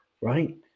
Right